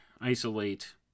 isolate